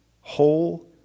whole